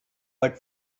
but